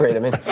it is?